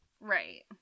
Right